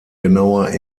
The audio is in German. genauer